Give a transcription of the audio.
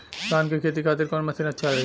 धान के खेती के खातिर कवन मशीन अच्छा रही?